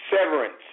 severance